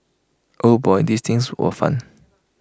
oh boy these things were fun